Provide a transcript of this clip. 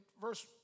verse